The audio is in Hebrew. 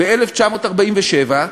ב-1947,